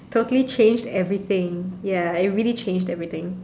totally changed everything ya it really changed everything